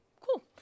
cool